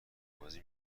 بازی